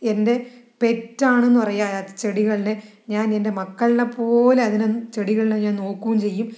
എൻ്റെ പെറ്റാണെന്ന് പറയാം ചെടികളുടെ ഞാനെൻ്റെ മക്കളിനെപോലെ അതിനെ ചെടികളിനെ ഞാൻ നോക്കുകയും ചെയ്യും